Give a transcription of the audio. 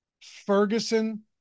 Ferguson